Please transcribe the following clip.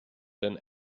den